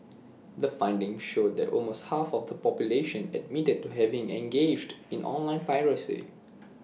the findings showed that almost half of the population admitted to having engaged in online piracy